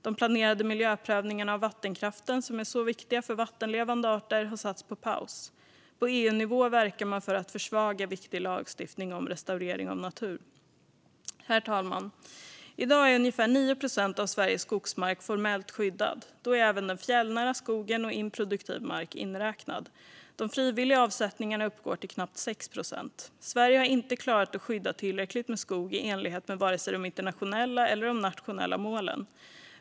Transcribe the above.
De planerade miljöprövningarna av vattenkraften, som är så viktiga för vattenlevande arter, har satts på paus. På EU-nivå verkar man för att försvaga viktig lagstiftning om restaurering av natur. Herr talman! I dag är ungefär 9 procent av Sveriges skogsmark formellt skyddad. Då är även den fjällnära skogen och improduktiv mark inräknad. De frivilliga avsättningarna uppgår till knappt 6 procent. Sverige har inte klarat att skydda tillräckligt med skog i enlighet med vare sig de internationella eller de nationella målen.